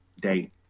date